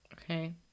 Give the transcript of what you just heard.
Okay